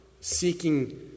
seeking